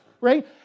right